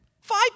five